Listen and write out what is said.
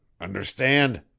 Understand